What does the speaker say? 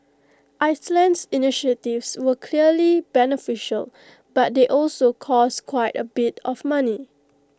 Iceland's initiatives were clearly beneficial but they also cost quite A bit of money